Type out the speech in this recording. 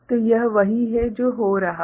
तो यह वही है जो हो रहा है